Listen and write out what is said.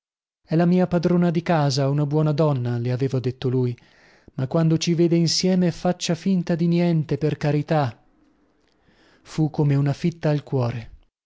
è la mia padrona di casa una buona donna le aveva detto lui ma quando ci vede insieme faccia finta di niente per carità fu come una fitta al cuore